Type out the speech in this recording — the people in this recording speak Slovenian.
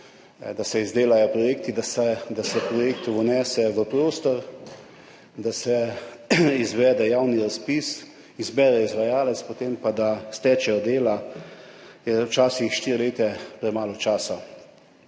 da se izdelajo projekti. Da se projekt vnese v prostor, da se izvede javni razpis, izbere izvajalec, potem pa da stečejo dela, je včasih štiri leta premalo časa.